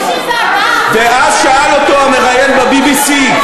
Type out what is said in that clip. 54% ואז שאל אותו המראיין ב-BBC,